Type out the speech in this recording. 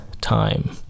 time